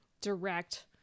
direct